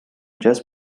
just